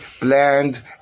bland